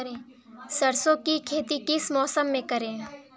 सरसों की खेती किस मौसम में करें?